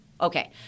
Okay